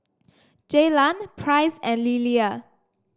Jaylan Price and Lelia